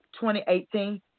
2018